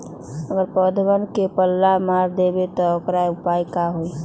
अगर पौधा में पल्ला मार देबे त औकर उपाय का होई?